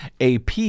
AP